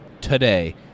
Today